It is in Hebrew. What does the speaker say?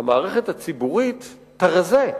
שהמערכת הציבורית תרזה,